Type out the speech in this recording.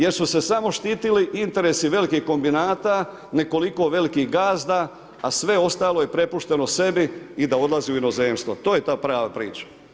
Jer su se samo štitili interesi velikih kombinata, nekoliko velikih gazda a sve ostalo je prepušteno sebi i da odlazi u inozemstvo, to je ta prava priča.